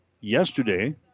yesterday